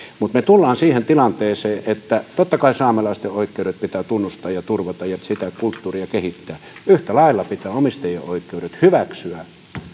mutta me tulemme siihen tilanteeseen että totta kai saamelaisten oikeudet pitää tunnustaa ja turvata ja sitä kulttuuria kehittää ja yhtä lailla pitää omistajien oikeudet hyväksyä